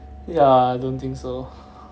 ya I don't think so